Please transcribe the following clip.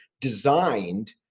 designed